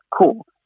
cool